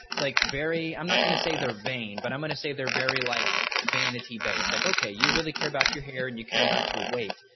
like very i'm not going to say they're vain but i'm going to say they're very like vanity based. like ok you really care about your hair and you care about your weight.